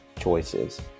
choices